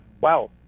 Wow